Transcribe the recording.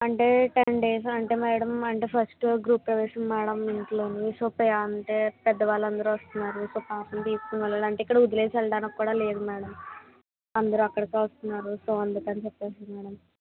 అంటే ten days అంటే madam అంటే ఫస్ట్ గృహప్రవేశం మ్యాడమ్ ఇంట్లోని సో అంటే పెద్దవాళ్ళు అందరు వస్తున్నారు సో పాపని తీసుకుని వెళ్ళాలి ఇక్కడ వదిలేసి వెళ్ళడానికి కూడా లేదు మ్యాడమ్ అందరు అక్కడికే వస్తున్నారు సో అందుకని చెప్పేసి మ్యాడమ్